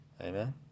amen